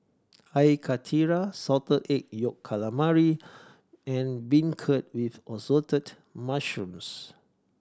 Air Karthira Salted Egg Yolk Calamari and beancurd with Assorted Mushrooms